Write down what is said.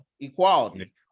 equality